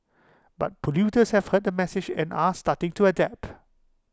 but polluters have heard the message and are starting to adapt